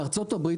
בארצות הברית,